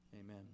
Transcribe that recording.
Amen